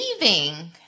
leaving